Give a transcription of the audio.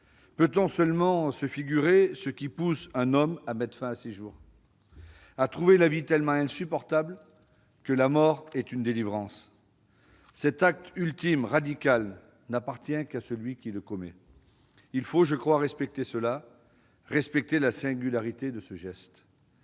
Peut-on seulement se figurer ce qui pousse un homme à mettre fin à ses jours, à trouver la vie tellement insupportable que la mort est une délivrance ? Cet acte ultime, radical, n'appartient qu'à celui qui le commet. Il faut, je pense, respecter la singularité de ce geste.